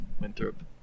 Winthrop